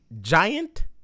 giant